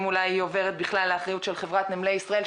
אולי היא עוברת בכלל לאחריות של חברת נמלי ישראל,